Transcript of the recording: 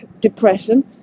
depression